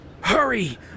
hurry